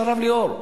של הרב ליאור.